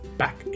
back